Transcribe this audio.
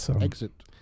exit